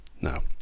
Now